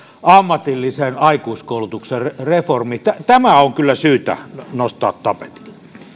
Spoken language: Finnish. ammatillisen aikuiskoulutuksen reformi tämä on kyllä syytä nostaa tapetille